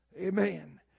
Amen